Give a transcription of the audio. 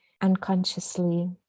unconsciously